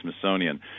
Smithsonian